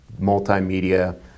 multimedia